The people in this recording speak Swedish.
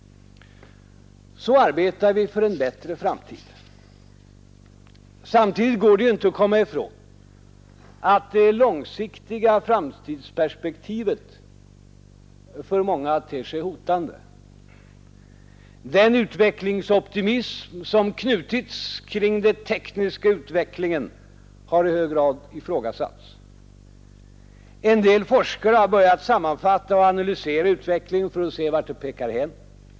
Så arbetar vi för en bättre framtid. Samtidigt går det inte att komma ifrån att det långsiktiga framtidsperspektivet för många ter sig hotande. Den utvecklingsoptimism som knutits till den tekniska utvecklingen har i hög grad ifrågasatts. En del forskare har börjat sammanfatta och analysera utvecklingen för att se vart den pekar hän.